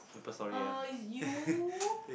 uh is you